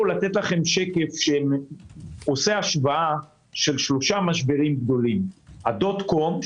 זה שקף שעורך השוואה של שלושה משברים גדולים: הדוט-קום,